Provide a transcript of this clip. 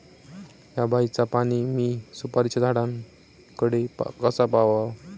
हया बायचा पाणी मी सुपारीच्या झाडान कडे कसा पावाव?